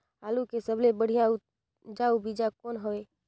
आलू के सबले बढ़िया उपजाऊ बीजा कौन हवय?